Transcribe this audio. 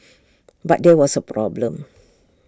but there was A problem